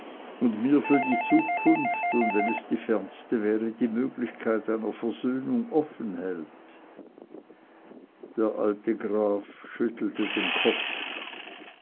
und mir für die zukunft und wenn es die fernste wäre die möglichkeit einer versöhnung offenhält der alte graf schüttelte den kopf